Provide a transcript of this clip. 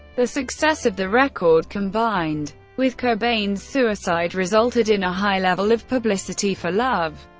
the success of the record combined with cobain's suicide resulted in a high level of publicity for love,